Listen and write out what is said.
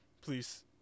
please